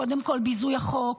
קודם כול ביזוי החוק,